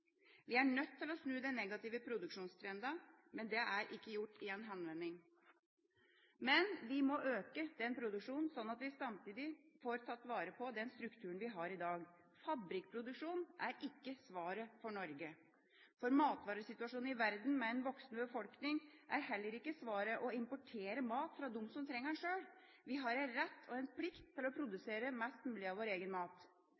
Vi er nødt til å snu den negative produksjonstrenden, men det er ikke gjort i en handvending. Vi må øke produksjonen sånn at vi samtidig får tatt vare på den strukturen vi har i dag. Fabrikkproduksjon er ikke svaret for Norge. For matvaresituasjonen i verden, med en voksende befolkning, er heller ikke svaret å importere mat fra dem som trenger den sjøl. Vi har en rett og en plikt til å produsere mest mulig av vår egen mat.